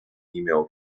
email